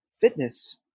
fitness